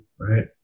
right